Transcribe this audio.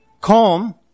calm